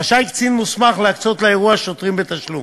רשאי קצין מוסמך להקצות לאירוע שוטרים בתשלום,